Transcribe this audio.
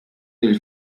del